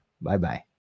Bye-bye